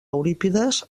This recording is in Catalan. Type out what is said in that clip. eurípides